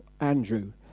Andrew